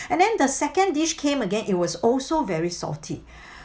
and then the second dish came again it was also very salty